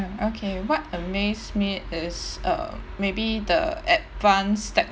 mm okay what amaze me is uh maybe the advanced tech